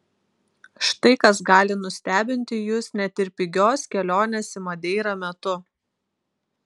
štai kas gali nustebinti jus net ir pigios kelionės į madeirą metu